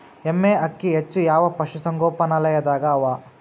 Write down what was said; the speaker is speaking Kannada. ಎಮ್ಮೆ ಅಕ್ಕಿ ಹೆಚ್ಚು ಯಾವ ಪಶುಸಂಗೋಪನಾಲಯದಾಗ ಅವಾ?